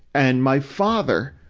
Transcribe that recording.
and my father,